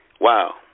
Wow